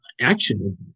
action